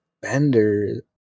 Bender